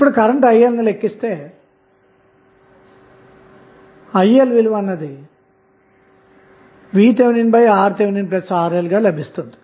ఇప్పుడు current IL ను లెక్కిస్తే ILVThRThRL లభిస్తుంది